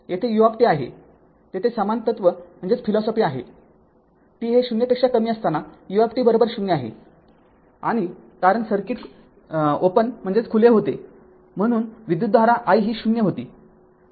येथे ut आहे येथे समान तत्त्व आहे t हे ० पेक्षा कमी असताना u० आहेआणि कारण सर्किट खुले होते म्हणून विद्युतधारा i ही ० होती